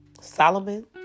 Solomon